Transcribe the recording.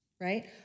Right